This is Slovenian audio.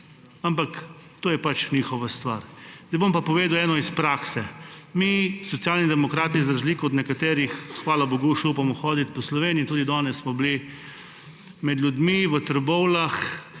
Ampak to je pač njihova stvar. Zdaj bom pa povedal eno iz prakse. Socialni demokrati, za razliko od nekaterih drugih, hvala bogu, še upamo hoditi po Sloveniji. Tudi danes smo bili med ljudmi v Trbovljah.